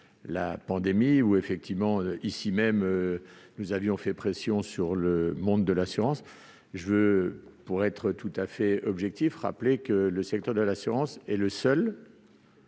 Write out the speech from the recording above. la pandémie, à un moment où, ici même, nous avions fait pression sur le monde de l'assurance. Pour être tout à fait objectif, je rappelle que le secteur de l'assurance est le seul